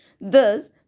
Thus